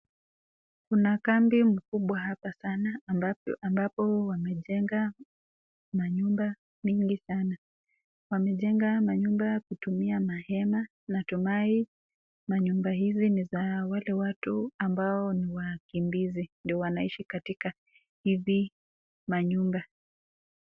Kuna kambi mkubwa hapa sana ambapo wamejenga manyumba mingi sana. Wamejenga manyumba kutumia mahema. Natumai manyumba hizi ni za wale watu ambao ni wakimbizi ndio wanaishi katika hizi manyumba.